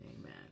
amen